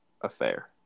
affair